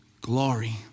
glory